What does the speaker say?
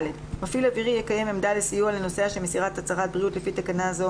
מפעיל אווירי יקיים עמדה לסיוע לנוסע שמסירת הצהרת בריאות לפי תקנה זו,